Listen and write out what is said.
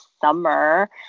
summer